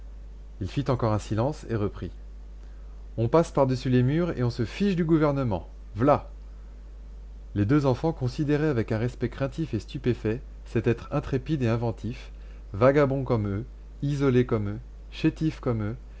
il fit encore un silence et reprit on passe par-dessus les murs et on se fiche du gouvernement v'là les deux enfants considéraient avec un respect craintif et stupéfait cet être intrépide et inventif vagabond comme eux isolé comme eux chétif comme eux